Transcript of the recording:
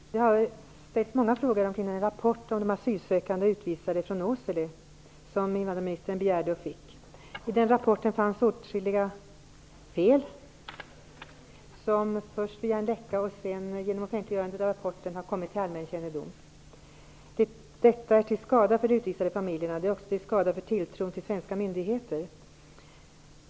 Herr talman! Jag har en fråga till invandrarministern. Det har ställts många frågor kring den rapport om de utvidgade asylsökande flyktingarna från Åsele som invandrarministern begärde och fick. I den rapporten fanns åtskilliga felaktigheter som först via en läcka och sedan genom offentliggörande har kommit till allmän kännedom. Detta är till skada för de utvisade familjerna. Det är också till skada för tilltron till svenska myndigheter.